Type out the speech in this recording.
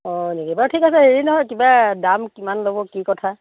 হয় নেকি বাৰু ঠিক আছে হেৰি নহয় কিবা দাম কিমান ল'ব কি কথা